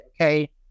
okay